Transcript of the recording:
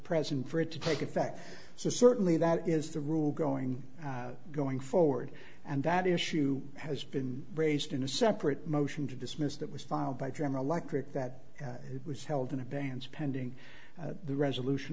present for it to take effect so certainly that is the rule going going forward and that issue has been raised in a separate motion to dismiss that was filed by general electric that it was held in advance pending the resolution